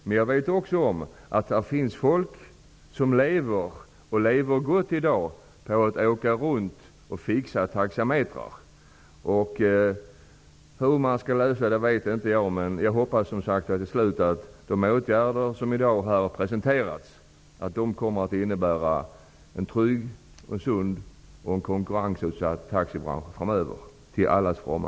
Men det finns i dag personer som lever gott på att åka runt i landet och ''fixa'' taxametrar. Hur man skall lösa det problemet vet inte jag, men jag vill till sist framföra den förhoppningen att de åtgärder som i dag presenterats kommer att leda till en trygg, sund och konkurrensutsatt taxibransch framöver, till allas fromma.